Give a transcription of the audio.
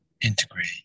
integrate